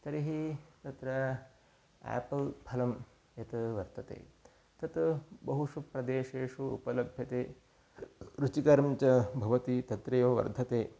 तर्हि तत्र आपल् फलं यत् वर्तते तत् बहुषु प्रदेशेषु उपलभ्यते रुचिकरं च भवति तत्रैव वर्धते